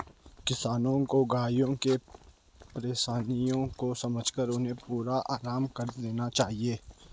किसानों को गायों की परेशानियों को समझकर उन्हें पूरा आराम करने देना चाहिए